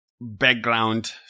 background